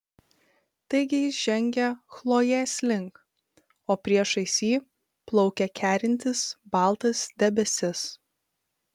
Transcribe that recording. taigi jis žengia chlojės link o priešais jį plaukia kerintis baltas debesis